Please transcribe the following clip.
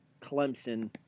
Clemson